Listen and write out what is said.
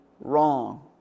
wrong